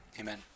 Amen